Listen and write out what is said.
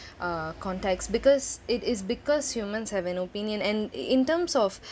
uh context because it is because humans have an opinion and i~ in terms of